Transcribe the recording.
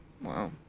Wow